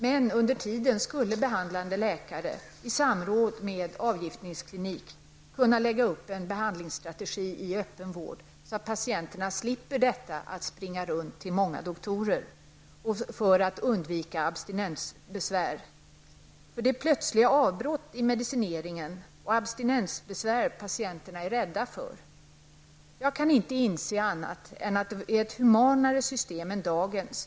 Men under väntetiden skulle behandlande läkare i samråd med en avgiftningsklinik kunna lägga upp en behandlingsstrategi i öppen vård, så att patienten slapp springa runt till många doktorer för att undvika abstinensbesvär. Det är ju det plötsliga avbrottet i medicineringen och abstinensbesvären som patienterna är rädda för. Jag kan inte se annat än att det är ett humanare system än dagens.